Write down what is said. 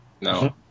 No